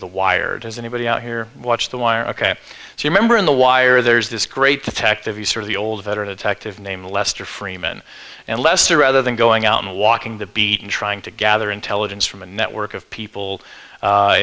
the wire does anybody out here watch the wire ok so remember in the wire there's this great detective you sort of the old veteran attacked of name lester freeman and lesser rather than going out and walking the beat and trying to gather intelligence from a network of people